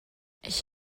ich